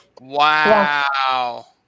Wow